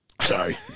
Sorry